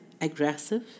aggressive